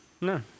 No